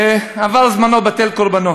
עבר זמנו בטל קורבנו.